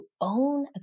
own